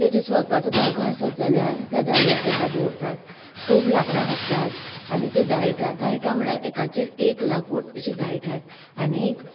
तेजे स्वताचो जागो आसत जाल्यार त्या जाग्यार ताका दवरतात खूब लांकडां हाडटात आनी तीं दाळटात आनी तीं दाळटां म्हळ्यार एकाचेर एक लांकूड अशें दाळटात आनीक